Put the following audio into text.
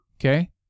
Okay